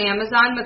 Amazon